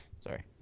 Sorry